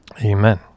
Amen